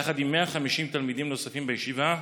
יחד עם 150 תלמידים נוספים בישיבה.